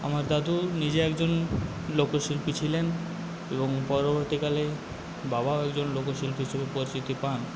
আমার দাদু নিজে একজন লোকশিল্পী ছিলেন এবং পরবর্তীকালে বাবাও একজন লোকশিল্পী হিসেবে পরিচিতি পান